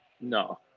No